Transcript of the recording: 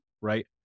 right